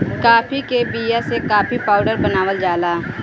काफी के बिया से काफी पाउडर बनावल जाला